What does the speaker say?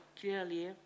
clearly